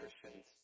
Christians